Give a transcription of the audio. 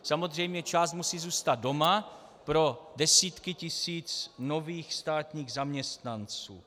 Samozřejmě část musí zůstat doma pro desítky tisíc nových státních zaměstnanců.